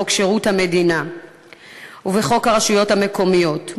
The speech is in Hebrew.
בחוק שירות המדינה ובחוק הרשויות המקומיות.